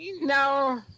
No